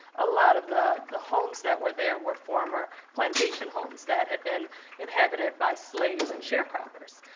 a lot of the the homes that were there were former plantation homes that had been inhabited by slaves and sharecroppers.